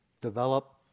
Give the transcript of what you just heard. Develop